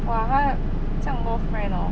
!wah! 他有这样多 friend hor